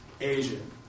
Asian